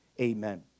amen